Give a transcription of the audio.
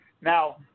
Now